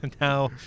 now